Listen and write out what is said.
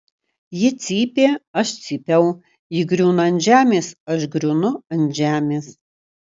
ji cypė aš cypiau ji griūna ant žemės aš griūnu ant žemės